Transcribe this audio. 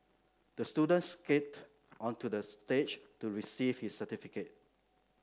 the student skated onto the stage to receive his certificate